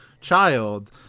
child